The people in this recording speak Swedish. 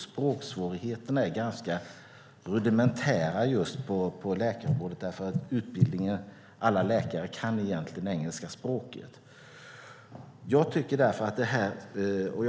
Språksvårigheterna är ganska små på just läkarområdet eftersom alla läkare egentligen kan engelska språket. Jag